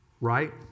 Right